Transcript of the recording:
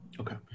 Okay